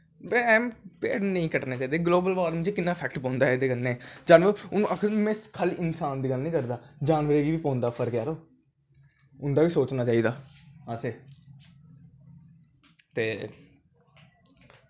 ते पेड़ नेंई कट्टनें चाहीदे गलोबल बार्मिंग च किन्ना ईफैक्ट पौंगा एह्दे कन्नै हून में खाल्ली इंसान दी गल्ल नी करदा जानवरें गी बी पौंदा पर्क जरो उं'दा बा सोचना चाही दा असें ते